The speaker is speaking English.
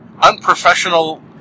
Unprofessional